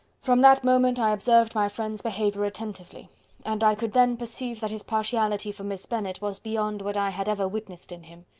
from that moment i observed my friend's behaviour attentively and i could then perceive that his partiality for miss bennet was beyond what i had ever witnessed in him.